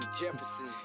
Jefferson